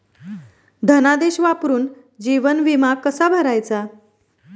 धनादेश वापरून जीवन विमा कसा भरायचा?